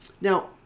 Now